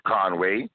Conway